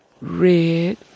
Red